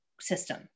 system